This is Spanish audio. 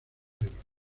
viajeros